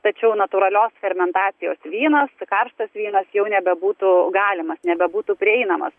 tačiau natūralios fermentacijos vynas karštas vynas jau nebebūtų galimas nebebūtų prieinamas